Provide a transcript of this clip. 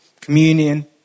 communion